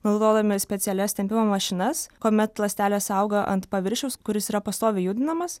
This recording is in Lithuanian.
naudodami specialias tempimo mašinas kuomet ląstelės auga ant paviršiaus kuris yra pastoviai judinamas